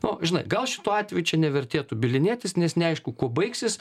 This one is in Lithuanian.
nu žinai gal šituo atveju čia nevertėtų bylinėtis nes neaišku kuo baigsis